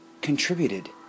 contributed